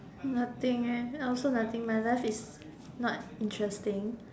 nothing eh I also nothing my life is not interesting